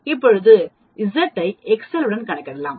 இப்போது Z ஐ Excel உடன் கணக்கிடலாம்